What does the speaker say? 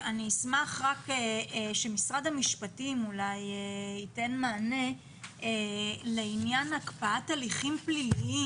אני אשמח אם משרד המשפטים ייתן מענה לעניין הקפאת הליכים פליליים